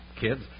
kids